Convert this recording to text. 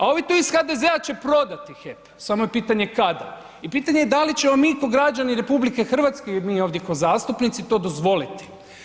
A ovi tu iz HDZ-a će prodati HEP samo je pitanje kada i pitanje je da li ćemo mi kao građani RH i mi ovdje ko zastupnici to dozvoliti.